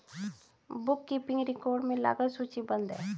book keeping record में लागत सूचीबद्ध है